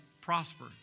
prosper